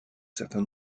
certain